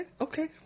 okay